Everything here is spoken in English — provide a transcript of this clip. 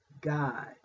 God